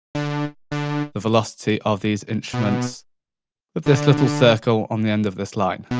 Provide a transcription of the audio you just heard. ah um the velocity of these instruments with this little circle on the end of this line.